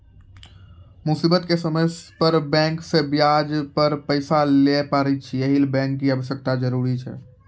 Bank की आवश्यकता क्या हैं?